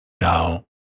Now